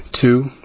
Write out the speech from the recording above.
two